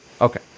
Okay